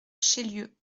chélieu